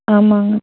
ஆமாங்க